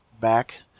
back